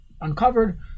uncovered